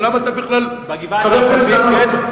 ולמה אתה בכלל צריך לבנות?